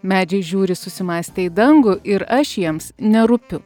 medžiai žiūri susimąstę į dangų ir aš jiems nerūpiu